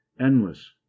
endless